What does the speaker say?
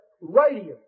radiant